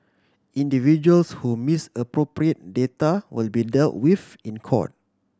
individuals who misappropriate data will be dealt with in court